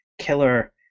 killer